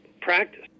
practice